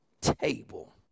table